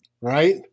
right